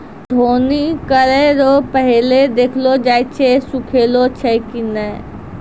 दौनी करै रो पहिले देखलो जाय छै सुखलो छै की नै